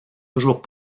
toujours